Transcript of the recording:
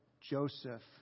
Joseph